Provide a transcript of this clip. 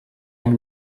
amb